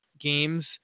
games